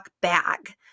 bag